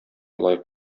лаек